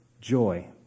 joy